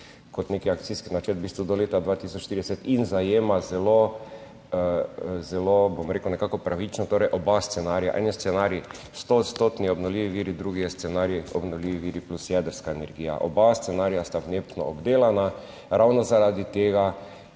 kot nek akcijski načrt v bistvu do leta 2030 in zajema zelo zelo, bom rekel, nekako pravično, torej, oba scenarija en je scenarij stoodstotni obnovljivi viri, drugi je scenarij obnovljivi viri plus jedrska energija. Oba scenarija sta v NEPN obdelana ravno zaradi tega,